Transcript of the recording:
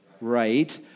right